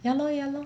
ya lor ya lor